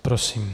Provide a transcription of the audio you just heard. Prosím.